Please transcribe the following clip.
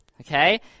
Okay